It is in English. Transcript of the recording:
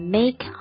make